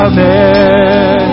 Amen